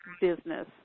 business